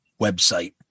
website